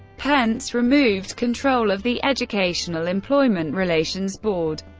pence removed control of the educational employment relations board,